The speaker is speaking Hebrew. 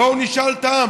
בואו נשאל את העם.